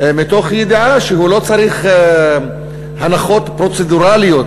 מתוך ידיעה שהוא לא צריך הנחות פרוצדורליות